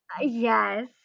yes